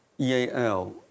EAL